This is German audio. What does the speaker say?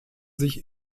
sich